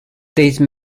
these